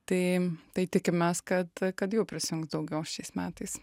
tai tai tikimės kad kad jų prisijungs daugiau šiais metais